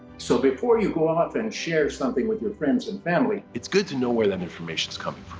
so before you go off and share something with your friends and family. it's good to know where that information's coming